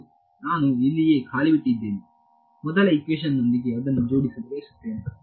ಹೌದು ನಾನು ಇಲ್ಲಿಯೇ ಖಾಲಿ ಬಿಟ್ಟಿದ್ದೇನೆ ಮೊದಲ ಹಿಕ್ವಿಷನ್ ದೊಂದಿಗೆ ಅದನ್ನು ಜೋಡಿಸಲು ಬಯಸುತ್ತೇನೆ